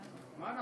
פה?